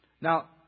Now